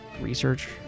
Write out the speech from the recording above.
research